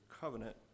covenant